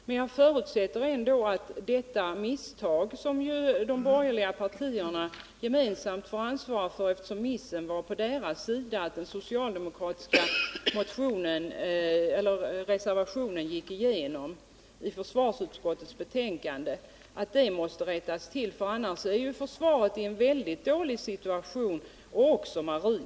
Men jag förutsätter att de borgerliga partierna gemensamt tar ansvaret för detta misstag, eftersom det gjordes på den borgerliga sidan, när den socialdemokratiska reservation som var fogad till försvarsutskottets betänkande gick igenom. Det misstaget måste rättas till, annars kommer försvaret och marinen i en mycket dålig situation.